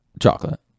Chocolate